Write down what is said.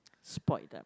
spoiled lah